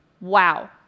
Wow